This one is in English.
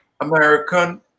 American